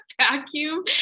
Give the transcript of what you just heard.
vacuum